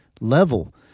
level